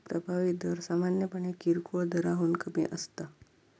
प्रभावी दर सामान्यपणे किरकोळ दराहून कमी असता